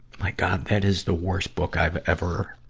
my god. that is the worst book i've ever,